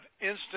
instant